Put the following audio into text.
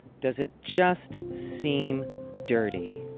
does it just seem dirty?